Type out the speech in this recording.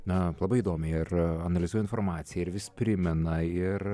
na labai įdomiai ir analizuoja informaciją ir vis primena ir